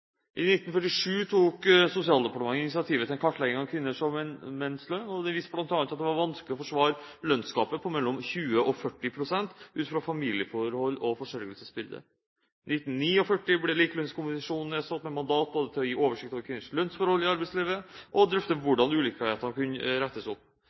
I 1947 tok Sosialdepartementet initiativet til en kartlegging av kvinners og menns lønn, og den viste bl.a. at det var vanskelig å forsvare lønnsgapet på mellom 20 og 40 pst. ut fra familieforhold og forsørgelsesbyrde. I 1949 ble Likelønnskommisjonen nedsatt, med mandat til både å gi oversikt over kvinners lønnsforhold i arbeidslivet og drøfte hvordan ulikheter kunne rettes opp.